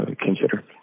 consider